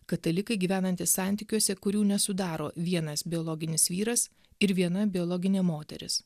katalikai gyvenantys santykiuose kurių nesudaro vienas biologinis vyras ir viena biologinė moteris